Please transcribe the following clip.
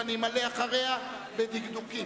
ואני אמלא אחריה בדקדוקים.